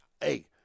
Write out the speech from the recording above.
Hey